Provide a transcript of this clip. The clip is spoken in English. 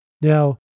Now